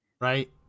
right